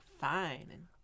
fine